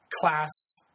class